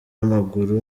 w’amaguru